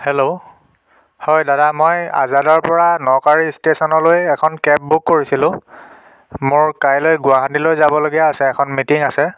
hello হয় দাদা মই আজাদৰ পৰা নকাড়ী ষ্টেশ্যনলৈ এখন কেব বুক কৰিছিলোঁ মোৰ কাইলৈ গুৱাহাটীলৈ যাবলগীয়া আছে এখন মিটিং আছে